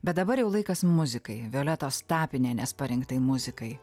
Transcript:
bet dabar jau laikas muzikai violetos tapinienės parinktai muzikai